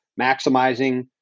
maximizing